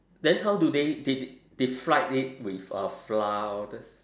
then how do they they they fried it with uh flour all these